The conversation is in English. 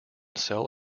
cell